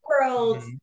world